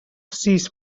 sis